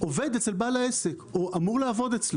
עובד אצל בעל העסק או אמור לעבוד אצלו.